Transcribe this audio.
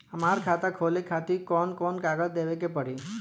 हमार खाता खोले खातिर कौन कौन कागज देवे के पड़ी?